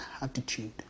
attitude